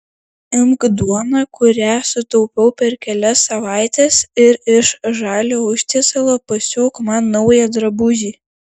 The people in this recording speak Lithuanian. imk duoną kurią sutaupiau per kelias savaites ir iš žalio užtiesalo pasiūk man naują drabužį